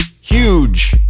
Huge